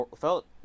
felt